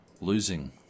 losing